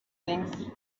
things